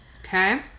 Okay